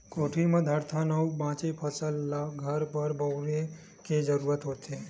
कोठी म धरथन अउ बाचे फसल ल घर बर बउरे के जरूरत होथे